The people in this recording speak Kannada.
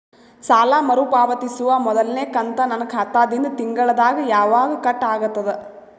ಸಾಲಾ ಮರು ಪಾವತಿಸುವ ಮೊದಲನೇ ಕಂತ ನನ್ನ ಖಾತಾ ದಿಂದ ತಿಂಗಳದಾಗ ಯವಾಗ ಕಟ್ ಆಗತದ?